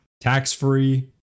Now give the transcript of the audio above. Tax-free